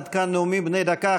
עד כאן נאומים בני דקה.